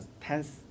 tense